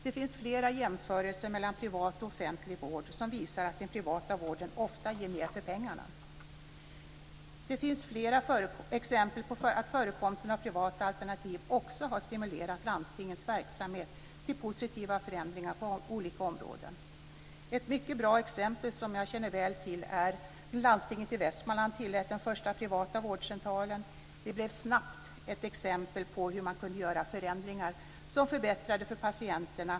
Det finns flera jämförelser mellan privat och offentlig vård som visar att den privata vården ofta ger mer för pengarna. Det finns flera exempel på att förekomsten av privata alternativ också har stimulerat landstingens verksamhet till positiva förändringar på olika områden. Ett mycket bra exempel som jag känner väl till är hur landstinget i Västmanland tillät den första privata vårdcentralen. Det blev snabbt ett exempel på hur man kunde göra förändringar som förbättrade för patienterna.